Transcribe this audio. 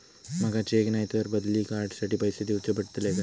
माका चेक नाय तर बदली कार्ड साठी पैसे दीवचे पडतले काय?